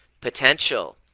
potential